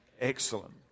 Excellent